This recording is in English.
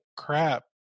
crap